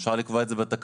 אפשר לקבוע את זה בתקנות,